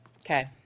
Okay